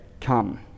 come